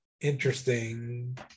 interesting